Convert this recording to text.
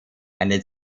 eine